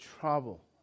trouble